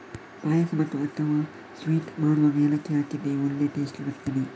ಪಾಯಸ ಅಥವಾ ಸ್ವೀಟ್ ಮಾಡುವಾಗ ಏಲಕ್ಕಿ ಹಾಕಿದ್ರೆ ಒಳ್ಳೇ ಟೇಸ್ಟ್ ಬರ್ತದೆ